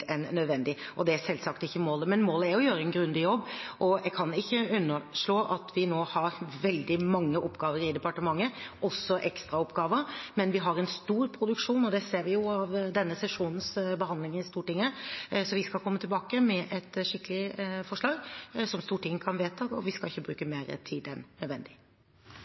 enn nødvendig, for det er selvsagt ikke målet – målet er å gjøre en grundig jobb. Jeg kan ikke underslå at vi nå har veldig mange oppgaver i departementet, også ekstraoppgaver, men vi har en stor produksjon. Det ser vi av denne sesjonenes behandlinger i Stortinget. Vi skal komme tilbake med et skikkelig forslag som Stortinget kan vedta, og vi skal ikke bruke mer tid enn nødvendig.